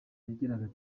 yagiraga